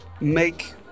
make